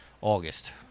August